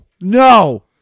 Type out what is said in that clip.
no